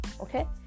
okay